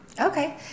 Okay